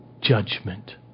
judgment